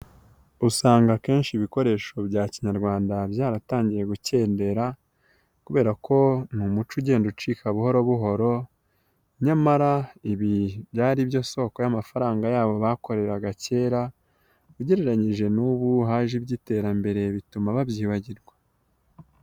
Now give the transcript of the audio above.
Usanga akenshi ibikoresho bya kinyarwanda byaratangiye gukendera, kubera ko ni umuco ugenda ucika buhoro buhoro nyamara ibi byari byo soko y'amafaranga yabo bakoreraga kera ugereranyije n'ubu haje iby'iterambere bituma babyibagirwa.